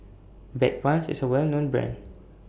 Bedpans IS A Well known Brand